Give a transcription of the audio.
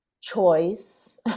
choice